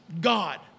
God